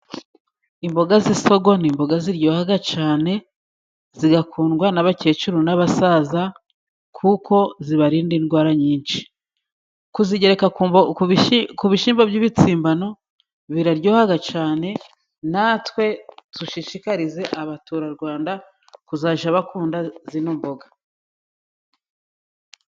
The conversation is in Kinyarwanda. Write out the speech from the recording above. Imboga z'isogo ni imboga ziryoha cyane zigakundwa n'abakecuru n'abasaza kuko zibarinda indwara nyinshi. Kuzigereka ku bishyimbo by'ibitsimbano biraryoha cyane , natwe dushishikarize Abaturarwanda kuzajya bakunda izi mboga.